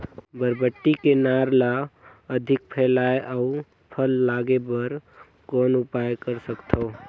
बरबट्टी के नार ल अधिक फैलाय अउ फल लागे बर कौन उपाय कर सकथव?